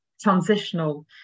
transitional